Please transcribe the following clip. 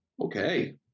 Okay